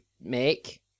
Make